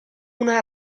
una